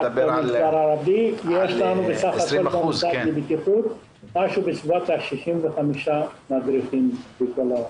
יש לך בסך הכול במוסד לבטיחות בסביבות 65 מדריכים בכל הארץ.